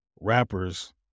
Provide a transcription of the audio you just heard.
rappers